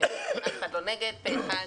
אף אחד לא נגד, פה אחד.